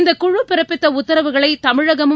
இந்த குழு பிறப்பித்த உத்தரவுகளை தமிழகமும்